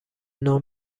نام